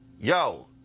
yo